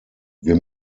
wir